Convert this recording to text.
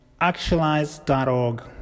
actualize.org